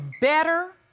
better